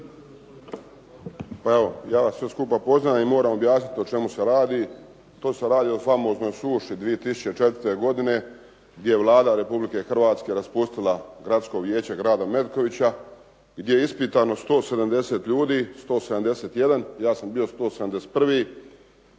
(HSS)** Ja vas sve skupa pozdravljam i moram objasniti o čemu se radi. Tu se radi o famoznoj suši 2004. godine gdje je Vlada Republike Hrvatske raspustila Gradsko vijeće Grada Metkovića, gdje je ispitano 170 ljudi, 171, ja sam bio 171.